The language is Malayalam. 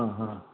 ആ ആ